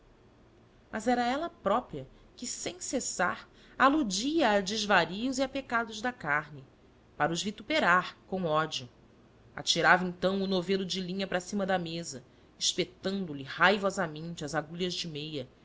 mas era ela própria que sem cessar aludia a desvarios e a pecados da carne para os vituperar com ódio atirava então o novelo de linha para cima da mesa espetando lhe raivosamente as agulhas de meia